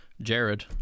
Jared